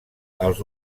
els